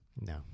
No